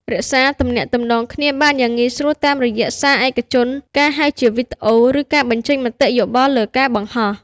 រក្សាទំនាក់ទំនងគ្នាបានយ៉ាងងាយស្រួល តាមរយៈសារឯកជន ការហៅជាវីដេអូ ឬការបញ្ចេញមតិយោបល់លើការបង្ហោះ។